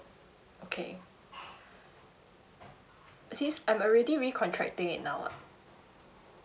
okay since I'm already recontracting it now ah